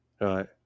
Right